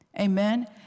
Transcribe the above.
Amen